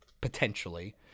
Potentially